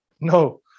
No